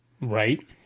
right